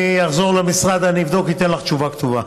אני אחזור למשרד, אבדוק ואתן לך תשובה כתובה.